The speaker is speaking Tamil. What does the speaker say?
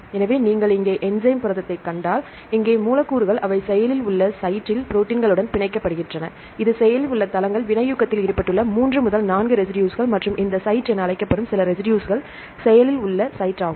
எனவே நீங்கள் இங்கே என்ஸைம் புரதத்தைக் கண்டால் இங்கே மூலக்கூறுகள் அவை செயலில் உள்ள சைட்டில் ப்ரோடீன்களுடன் பிணைக்கப்படுகின்றன இது செயலில் உள்ள தளங்கள் வினையூக்கத்தில் ஈடுபட்டுள்ள 3 முதல் 4 ரெசிடுஸ்கள் மற்றும் இந்த சைட் என அழைக்கப்படும் சில ரெசிடுஸ்கள் செயலில் உள்ள சைட் ஆகும்